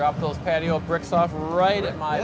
drop the patio bricks off right at my